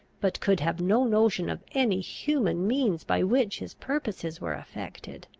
but could have no notion of any human means by which his purposes were effected.